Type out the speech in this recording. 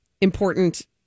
important